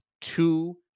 two